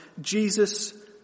Jesus